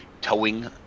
towing